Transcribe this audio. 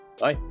Bye